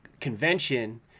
convention